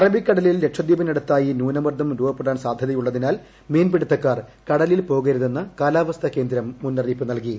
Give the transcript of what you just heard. അറബിക്കടലിൽ ലക്ഷദ്വീപിനടുത്തായി ന്യൂനമർദം രൂപപ്പെടാൻ സാധ്യതയുള്ളതിനാൽ മീൻ പിടുത്തക്കാർ കടലിൽ പോകരുതെന്ന് കാലാവസ്ഥാ കേന്ദ്രം മുന്നറിയിപ്പ് നൽകി